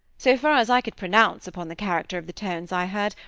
so far as i could pronounce upon the character of the tones i heard,